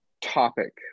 topic